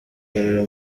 rero